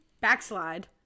backslide